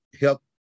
help